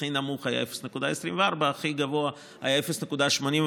הכי נמוך היה 0.24 והכי גבוה היה 0.85,